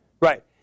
Right